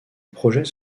projet